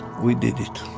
we did it.